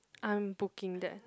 I'm booking there